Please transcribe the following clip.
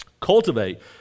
Cultivate